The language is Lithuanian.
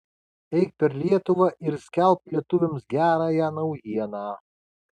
eik per lietuvą ir skelbk lietuviams gerąją naujieną